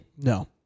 No